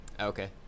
Okay